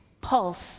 pulse